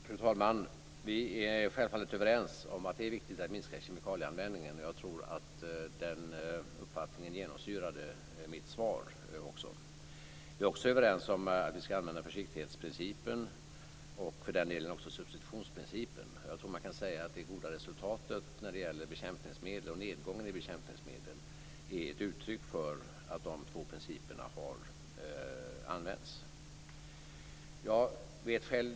Fru talman! Vi är självfallet överens om att det är viktigt att minska kemikalieanvändningen. Den uppfattningen genomsyrade också mitt svar. Vi är också överens om att vi skall använda försiktighetsprincipen och för den delen också substitutionsprincipen. Jag tror att man kan säga att det goda resultatet när det gäller bekämpningsmedel och nedgången i användningen av bekämpningsmedel är ett uttryck för att de två principerna har använts.